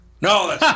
No